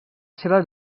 seva